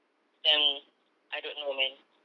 then I don't know man